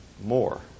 more